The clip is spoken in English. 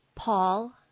Paul